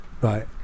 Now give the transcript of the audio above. Right